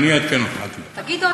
אני אעדכן אותך.